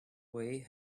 way